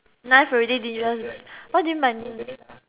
knife already didn't even what do you mean